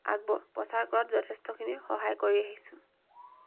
আগ ব প্ৰচাৰ কৰাত যথেষ্টখিনি সহায় কৰি আহিছোঁ